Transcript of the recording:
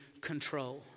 control